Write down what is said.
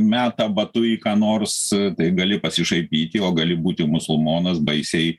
meta batu į ką nors tai gali pasišaipyti o gali būti musulmonas baisiai